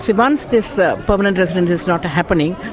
once this ah permanent residency is not happening,